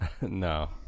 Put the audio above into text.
no